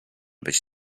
być